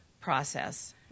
process